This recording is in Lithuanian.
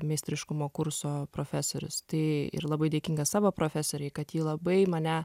meistriškumo kurso profesorius tai ir labai dėkinga savo profesorei kad ji labai mane